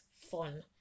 fun